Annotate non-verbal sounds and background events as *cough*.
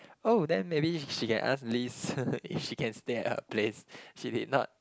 oh then maybe she can ask Liz *laughs* if she can stay at her place she did not